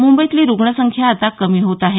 मुंबईतली रुग्णसंख्या आता कमी होत आहे